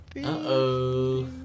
Uh-oh